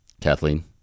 Kathleen